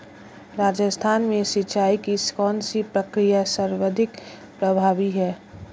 राजस्थान में सिंचाई की कौनसी प्रक्रिया सर्वाधिक प्रभावी है?